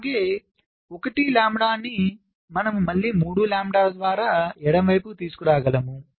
అలాగే 1వ లాంబ్డా నీ మనము మళ్ళీ 3వ లాంబ్డా ద్వారా ఎడమ వైపుకు తీసుకురాగలము